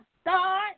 start